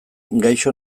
gaixo